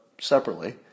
separately